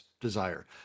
desire